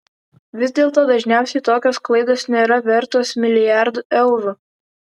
vis dėlto dažniausiai tokios klaidos nėra vertos milijardų eurų